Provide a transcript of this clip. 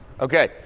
Okay